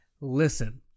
Listen